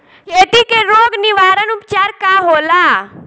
खेती के रोग निवारण उपचार का होला?